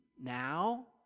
now